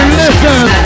listen